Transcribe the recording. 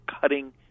cutting